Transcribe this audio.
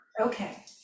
Okay